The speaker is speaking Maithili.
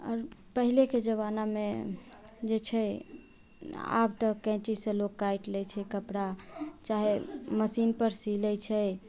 आओर पहिलेके जमानामे जे छै आब तऽ कैँचीसँ लोक काटि लेइ छै कपड़ा चाहे मशीन पर सी लै छै